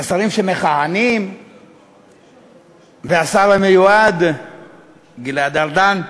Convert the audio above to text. השרים שמכהנים והשר המיועד גלעד ארדן,